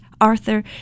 Arthur